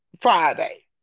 Friday